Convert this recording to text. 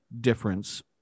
difference